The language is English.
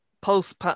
post